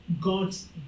God's